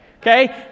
Okay